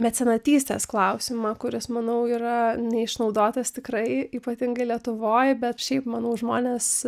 mecenatystės klausimą kuris manau yra neišnaudotas tikrai ypatingai lietuvoj bet šiaip manau žmonės